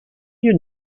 you